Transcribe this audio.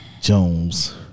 Jones